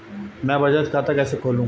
मैं बचत खाता कैसे खोलूं?